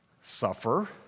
suffer